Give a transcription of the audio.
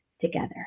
together